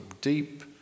deep